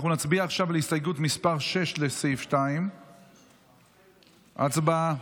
נצביע עכשיו על הסתייגות מס' 6, לסעיף 2. הצבעה.